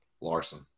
Larson